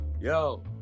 Yo